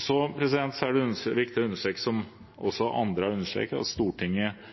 Så er det viktig å understreke, som også andre har understreket, at Stortinget